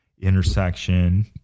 intersection